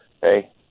hey